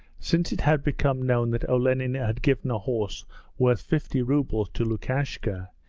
since it had become known that olenin had given a horse worth fifty rubles to lukashka,